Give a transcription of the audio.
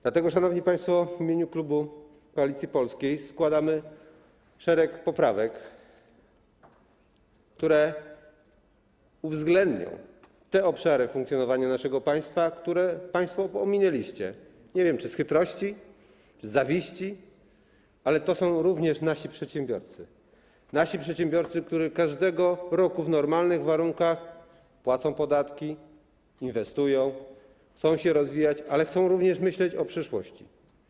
Dlatego, szanowni państwo, w imieniu klubu Koalicja Polska składamy szereg poprawek, które uwzględnią te obszary funkcjonowania naszego państwa, które państwo pominęliście, nie wiem, czy z chytrości, zawiści, ale to również są nasi przedsiębiorcy, którzy każdego roku w normalnych warunkach płacą podatki, inwestują, chcą się rozwijać, ale chcą również myśleć o przyszłości.